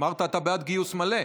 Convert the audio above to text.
אמרת שאתה בעד גיוס מלא.